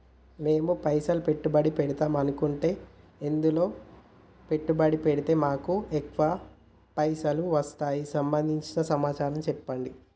మేము పైసలు పెట్టుబడి పెడదాం అనుకుంటే ఎందులో పెట్టుబడి పెడితే మాకు ఎక్కువ పైసలు వస్తాయి సంబంధించిన సమాచారం చెప్పండి?